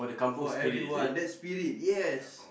for everyone that spirit yes